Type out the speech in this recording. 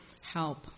help